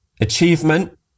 Achievement